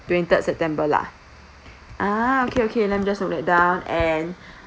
twenty third september lah ah okay okay let me just note that down and